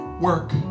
work